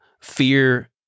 fear